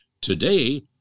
Today